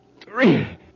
three